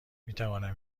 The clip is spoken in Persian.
میتوانم